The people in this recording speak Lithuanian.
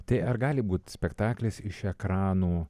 tai ar gali būt spektaklis iš ekrano